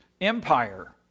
empire